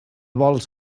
vols